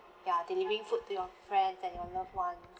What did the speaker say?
ya delivering food to your friends and your loved one